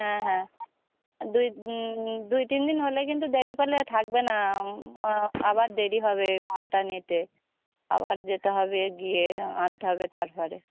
হ্যাঁ হ্যাঁ দুই দুই তিন দিন হলে কিন্তু দেরি করলে থাকবে না আবার দেরি হবে মালটা নিতে আবার যেতে হবে গিয়ে আনতে হবে তারপরে